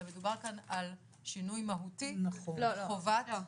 מדובר כאן על שינוי מהותי בחובת ---?